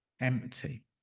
empty